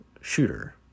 shooter